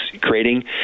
creating